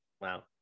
Wow